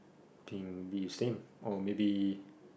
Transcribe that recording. think we same or maybe